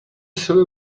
silly